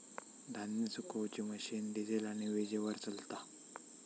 धान्य सुखवुची machine diesel आणि वीजेवर चलता